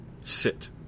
sit